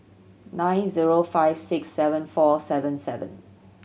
nine zero five six seven four seven seven